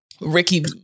Ricky